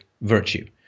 virtue